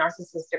narcissistic